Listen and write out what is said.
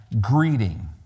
greeting